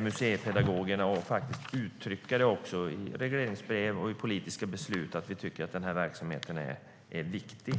museipedagogerna och uttrycka i regleringsbrev och politiska beslut att vi tycker att verksamheten är viktig.